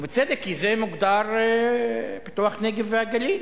ובצדק, כי זה מוגדר פיתוח הנגב והגליל,